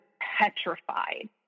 petrified